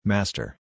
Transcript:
Master